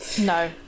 no